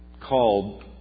called